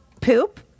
Poop